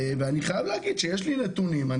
אני חייב להגיד שיש לי נתונים,